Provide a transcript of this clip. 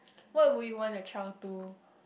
what would you want your child to